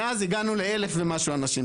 מאז הגענו ל-1,000 ומשהו אנשים.